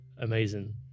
amazing